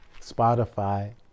spotify